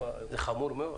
זה חמור מאוד.